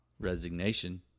resignation